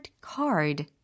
card